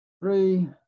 three